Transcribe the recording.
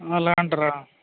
అలా అంటారా